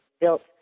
built